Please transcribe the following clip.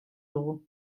dugu